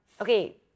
Okay